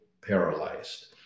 paralyzed